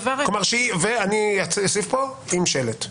ואני אוסיף פה: עם שֶׁלֶט.